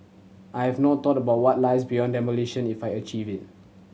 I have not thought about what lies beyond demolition if I achieve it